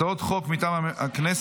הצעות חוק מטעם הכנסת